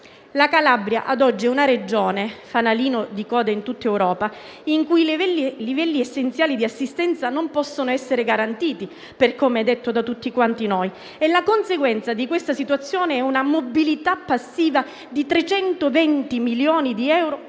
La Calabria, ad oggi, è una regione fanalino di coda in tutta Europa, in cui i livelli essenziali di assistenza non possono essere garantiti, come detto da tutti noi. La conseguenza di questa situazione è una mobilità passiva di 320 milioni di euro